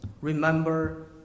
Remember